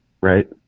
Right